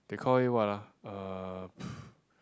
they call it what ah uh